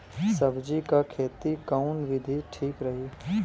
सब्जी क खेती कऊन विधि ठीक रही?